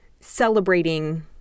celebrating